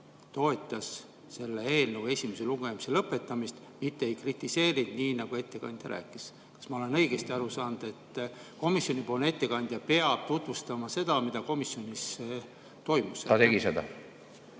toetas selle eelnõu esimese lugemise lõpetamist, mitte ei kritiseerinud, nii nagu ettekandja rääkis. Kas ma olen õigesti aru saanud, et komisjonipoolne ettekandja peab tutvustama seda, mis komisjonis toimus? Aitäh,